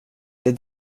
det